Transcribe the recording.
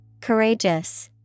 courageous